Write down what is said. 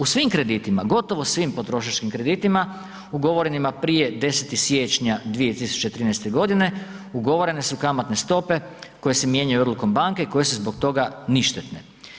U svim kreditima, gotovo svim potrošačkim kreditima ugovorenima prije 10. siječnja 2013.g. ugovorene su kamatne stope koje se mijenjaju odlukom banke koje su zbog toga ništetne.